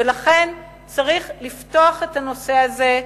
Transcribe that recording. ולכן צריך לפתוח את הנושא הזה,